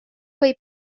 võib